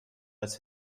als